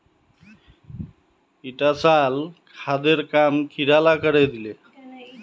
ईटा साल खादेर काम कीड़ा ला करे दिले